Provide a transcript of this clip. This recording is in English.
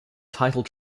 title